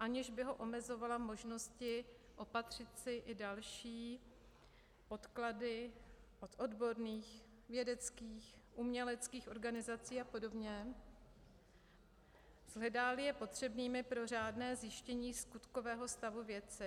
aniž by ho omezovala v možnosti opatřit si i další podklady od odborných, vědeckých, uměleckých organizací apod., shledáli je potřebnými pro řádné zjištění skutkového stavu věci.